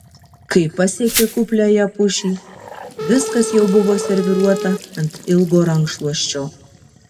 kai pasiekė kupliąją pušį viskas jau buvo serviruota ant ilgo rankšluosčio